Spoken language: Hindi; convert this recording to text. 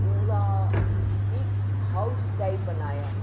पूरा एक हॉउस टाइप बनाया